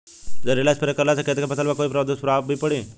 जहरीला स्प्रे करला से खेत के फसल पर कोई दुष्प्रभाव भी पड़ी?